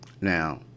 Now